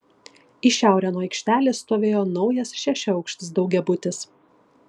į šiaurę nuo aikštelės stovėjo naujas šešiaaukštis daugiabutis